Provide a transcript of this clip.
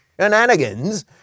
shenanigans